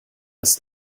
ist